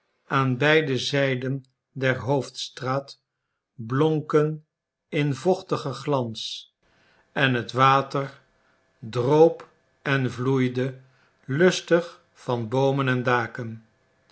aan beide zijden der hoofdstraat blonken in vochtigen glans en het water droop en vloeide lustig van boomen en daken